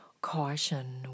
caution